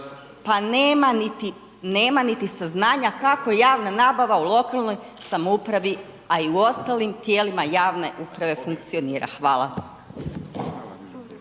pa nema niti saznanja kako javna nabava u lokalnoj samoupravi, a i u ostalim tijelima javne uprave funkcionira. Hvala.